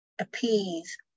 appease